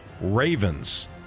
Ravens